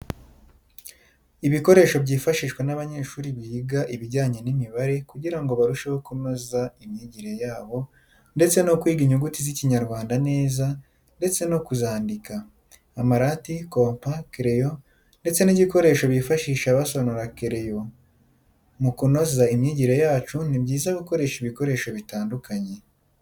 Ibikoresho byifashishwa n'abanyeshuri biga ibijyanye n'imibare kugira ngo barusheho kunoza imyigire yabo ndetse no kwiga inyuguti z'ikinyarwanda neza ndetse no kuzandika. amarati, kompa, kereyo ndetse n'igikoresho bifashisha basonora kereyo. Mu kunoza imyigire yacu ni byiza gukoresha ibikoresho bitandukanye.